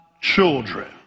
children